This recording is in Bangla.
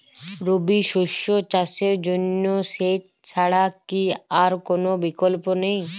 রবি শস্য চাষের জন্য সেচ ছাড়া কি আর কোন বিকল্প নেই?